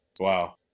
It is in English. Wow